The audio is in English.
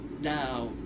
Now